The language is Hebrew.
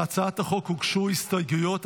להצעת החוק הוגשו הסתייגויות.